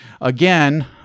again